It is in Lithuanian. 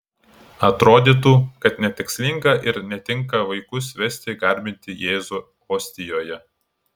atrodytų kad netikslinga ir netinka vaikus vesti garbinti jėzų ostijoje